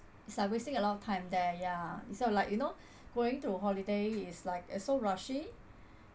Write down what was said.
it's like wasting a lot of time there ya instead of like you know going to holiday is like it's so rushy